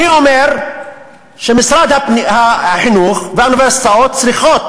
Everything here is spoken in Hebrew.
אני אומר שמשרד החינוך והאוניברסיטאות צריכים